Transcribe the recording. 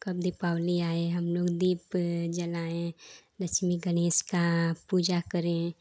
कब दीपावली आए हमलोग दीप जलाएँ लक्ष्मी गणेश की पूजा करें